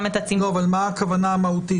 מה הכוונה המהותית?